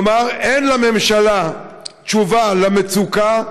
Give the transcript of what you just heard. כלומר, אין לממשלה תשובה על המצוקה.